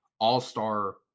all-star